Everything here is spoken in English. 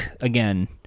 again